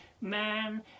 man